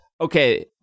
okay